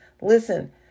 listen